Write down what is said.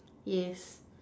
yes